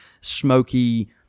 smoky